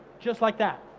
just like that.